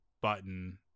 button